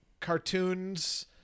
cartoons